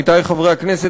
עמיתי חברי הכנסת,